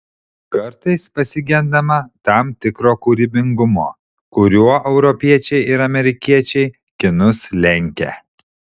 kartais pasigendama tam tikro kūrybingumo kuriuo europiečiai ir amerikiečiai kinus lenkia